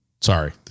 Sorry